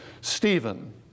Stephen